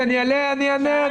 אני אענה.